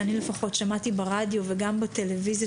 שאני לפחות שמעתי ברדיו וגם בטלוויזיה,